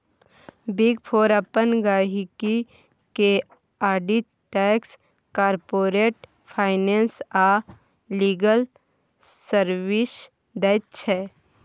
big four अपन गहिंकी केँ आडिट टैक्स, कारपोरेट फाइनेंस आ लीगल सर्विस दैत छै